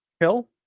kill